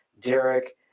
Derek